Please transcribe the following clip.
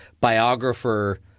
biographer